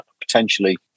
potentially